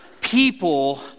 people